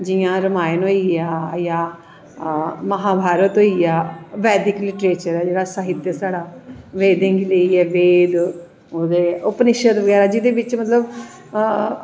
जियां रमायण होइया जां महाभारत होइया वैदिक लिटरेचर जेह्ड़ा साहित्य ऐ साढ़ा वेदें ई लेइयै वेद उपनिशद जेहदे च मतलव